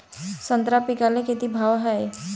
संत्रा पिकाले किती भाव हाये?